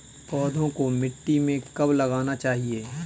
पौधों को मिट्टी में कब लगाना चाहिए?